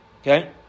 Okay